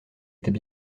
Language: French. était